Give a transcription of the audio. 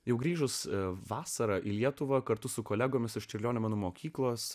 jau grįžus vasarą į lietuvą kartu su kolegomis iš čiurlionio menų mokyklos